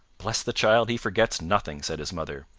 bless the child he forgets nothing, said his mother.